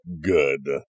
good